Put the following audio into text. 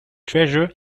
treasure